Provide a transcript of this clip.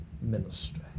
ministry